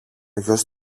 γιος